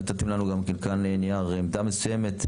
נתתם לנו גם כן כאן נייר עמדה מסוימת.